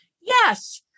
Yes